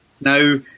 Now